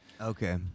Okay